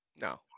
No